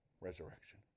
resurrection